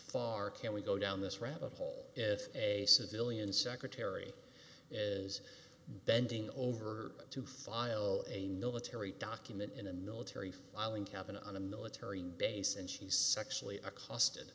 far can we go down this rabbit hole if a civilian secretary is bending over to file a military document in a military filing cabinet on a military base and she's sexually accosted